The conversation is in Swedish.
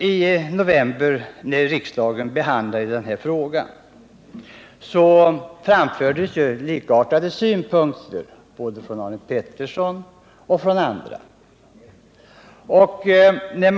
I november, när riksdagen behandlade den här frågan, framfördes likartade synpunkter av Arne Petterson och andra.